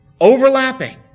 overlapping